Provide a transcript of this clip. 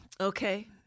okay